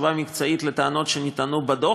תשובה מקצועית על טענות שנטענו בדוח.